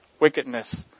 wickedness